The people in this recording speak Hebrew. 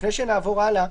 לפני שנעבור הלאה,